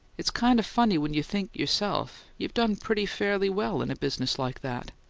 it's kind of funny when you think, yourself, you've done pretty fairly well in a business like that,